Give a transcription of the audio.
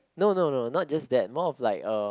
no no no not just that more of like uh